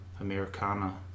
Americana